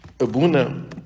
Abuna